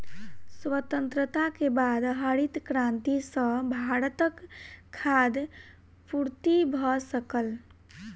स्वतंत्रता के बाद हरित क्रांति सॅ भारतक खाद्य पूर्ति भ सकल